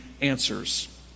answers